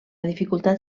dificultat